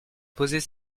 poser